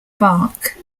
bark